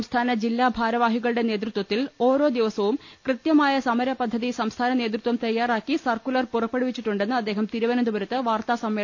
സംസ്ഥാന ജില്ലാ ഭാരവാഹികളുടെ നേതൃത്വത്തിൽ ഓരോ ദിവസവും കൃത്യമായ സമര പദ്ധതി സംസ്ഥാന നേതൃത്വം തയ്യാ റാക്കി സർക്കുലർ പുറപ്പെടുവിച്ചിട്ടുണ്ടെന്ന് അദ്ദേഹം തിരുവന ന്തപുരത്ത് വാർത്തസമ്മേളനത്തിൽ പറഞ്ഞു